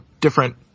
different